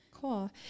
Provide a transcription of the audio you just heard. Cool